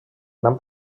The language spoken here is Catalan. gran